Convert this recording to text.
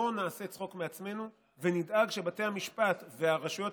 שלא נעשה צחוק מעצמנו ונדאג שבתי המשפט ורשויות